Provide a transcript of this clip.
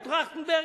או טרכטנברג,